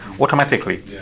automatically